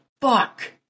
fuck